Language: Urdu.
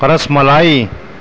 رس ملائی